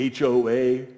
HOA